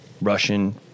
Russian